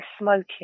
smoking